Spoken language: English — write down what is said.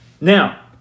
Now